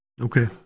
okay